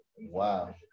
Wow